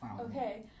Okay